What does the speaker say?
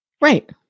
Right